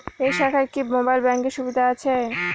এই শাখায় কি মোবাইল ব্যাঙ্কের সুবিধা আছে?